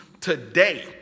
today